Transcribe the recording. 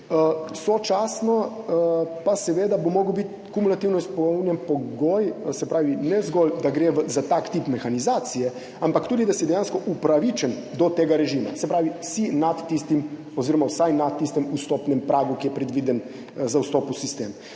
Sočasno pa bo seveda moral biti kumulativno izpolnjen pogoj, da ne gre zgolj za tak tip mehanizacije, ampak tudi, da si dejansko upravičen do tega režima. Se pravi, da si vsaj na tistem vstopnem pragu, ki je predviden za vstop v sistem.